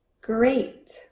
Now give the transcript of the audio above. great